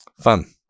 fun